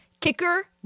kicker